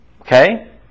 Okay